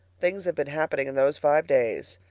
things have been happening in those five days.